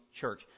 church